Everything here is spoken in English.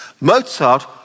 Mozart